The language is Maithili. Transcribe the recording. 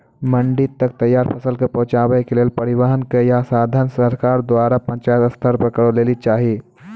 मंडी तक तैयार फसलक पहुँचावे के लेल परिवहनक या साधन सरकार द्वारा पंचायत स्तर पर करै लेली चाही?